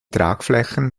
tragflächen